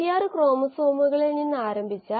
അതിനാൽ അത് പ്രധാന പാരാമീറ്ററായി കണക്കാക്കപ്പെടുന്നു